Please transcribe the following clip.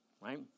Right